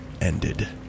ended